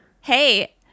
Hey